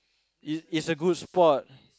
it's it's a good spot